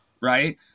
right